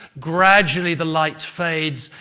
gradually the light fades,